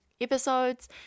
episodes